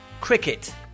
cricket